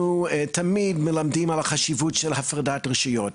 תמיד מלמדים על החשיבות של הפרדת רשויות.